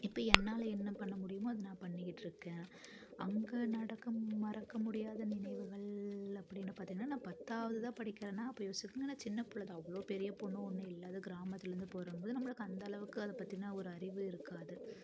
இப்போ என்னால் என்ன பண்ண முடியுமோ அதை நான் பண்ணிக்கிட்டு இருக்கேன் அங்கே நடக்க மறக்க முடியாத நினைவுகள் அப்படினு பார்த்திங்கன்னா நான் பத்தாவது தான் படிக்கிறன்னா அப்போது யோசிச்சிக்கங்க நான் சின்ன பிள்ளதான் அவ்வளோ பெரிய பொண்ணு ஒன்றும் இன்னும் இல்லை அதுவும் கிராமத்துலேருந்து போகிற போது நம்மளுக்கு அந்த அளவுக்கு அதை பற்றின ஒரு அறிவு இருக்காது